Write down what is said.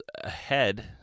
ahead